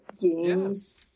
games